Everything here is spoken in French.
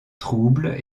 troubles